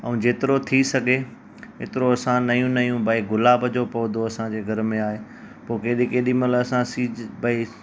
ऐं जेतिरो थी सघे एतिरो असां नयूं नयूं भई गुलाब जो पौधो असांजे घर में आहे पोइ केॾी कॾी महिल असां सीज भई